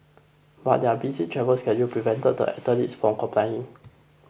but their busy travel schedule prevented the athletes from complying